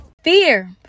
Fear